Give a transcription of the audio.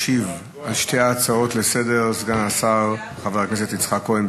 ישיב על שתי ההצעות לסדר-היום סגן השר חבר הכנסת יצחק כהן,